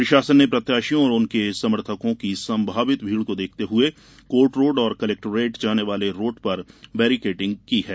प्रशासन ने प्रत्याशियों और उनके समर्थकों की संभावित भीड़ को देखते हुए कोर्ट रोड और कलेक्ट्रोरेट जाने वाले रोड पर बेरिकैट्स लगाये हैं